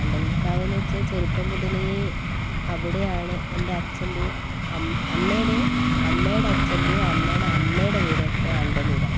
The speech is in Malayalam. ആണ്ടല്ലൂർ കാവെന്നു വച്ചാൽ ചെറുപ്പം മുതലേ അവിടെയാണ് എൻ്റെ അച്ഛൻ്റെയും അമ്മയുടെയും അമ്മേടച്ഛൻ്റേയും അമ്മയുടെ അമ്മയുടെ വീടൊക്കെ ആണ്ടല്ലൂരണ്